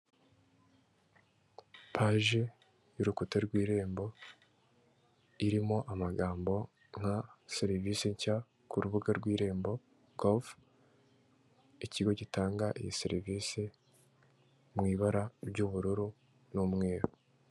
Paji y'urukuta rw'irembo, irimo amagambo nka ''serivisi nshya ku rubuga rw'irembo govu'' ikigo gitanga iyi serivisi mu ibara ry'ubururu n'umweru.